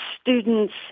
students